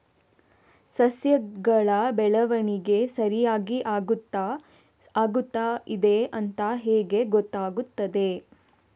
ಸಸ್ಯಗಳ ಬೆಳವಣಿಗೆ ಸರಿಯಾಗಿ ಆಗುತ್ತಾ ಇದೆ ಅಂತ ಹೇಗೆ ಗೊತ್ತಾಗುತ್ತದೆ?